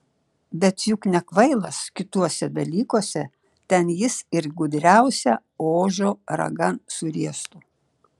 bet juk nekvailas kituose dalykuose ten jis ir gudriausią ožio ragan suriestų